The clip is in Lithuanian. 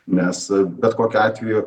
nes bet kokiu atveju